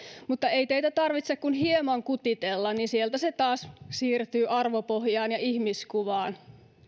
mutta ei teitä tarvitse kuin hieman kutitella niin sieltä se taas siirtyy arvopohjaan ja ihmiskuvaan